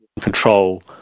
control